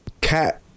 cat